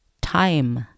Time